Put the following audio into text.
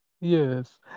Yes